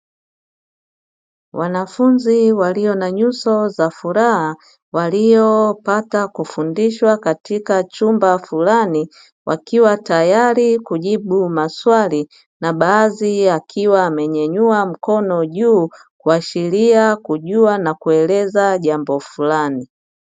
Wanafunzi walio na nyuso za furaha, waliopata kufundishwa katika chumba fulani, wakiwa tayari kujibu maswali na baadhi wakiwa wamenyanyua mkono juu, kuashiria kujua na kueleza jambo fulani.